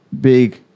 big